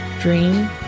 Dream